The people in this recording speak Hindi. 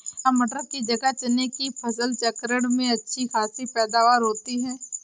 क्या मटर की जगह चने की फसल चक्रण में अच्छी खासी पैदावार होती है?